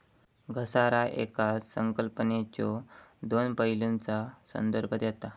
घसारा येकाच संकल्पनेच्यो दोन पैलूंचा संदर्भ देता